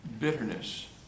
bitterness